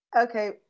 Okay